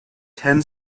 ten